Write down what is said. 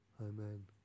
Amen